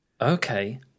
Okay